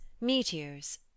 meteors